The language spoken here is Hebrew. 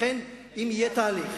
לכן, אם יהיה תהליך